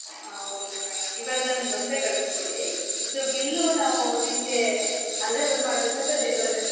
ಹಾಂ okay madam ಇವಾಗ ನಂಗೆ ದೋಸೆ ಕಳ್ಸಿಕೊಡಿ ಇದು ಬಿಲ್ಲೂ ನಾವು ನಿಮ್ಗೆ ಅಲ್ಲೇ ಬಂದು ಮಾಡಬೇಕಾ ಅಥವಾ ಡೆಲ್ವರಿ